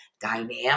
dynamic